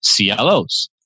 CLOs